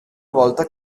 volta